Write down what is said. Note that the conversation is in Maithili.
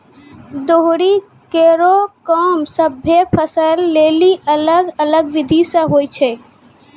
दौरी केरो काम सभ्भे फसल लेलि अलग अलग बिधि सें होय छै?